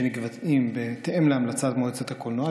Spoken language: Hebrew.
שנקבעים בהתאם להמלצת מועצת הקולנוע.